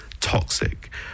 toxic